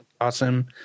awesome